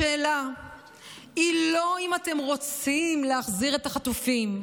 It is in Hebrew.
השאלה היא לא אם אתם רוצים להחזיר את החטופים,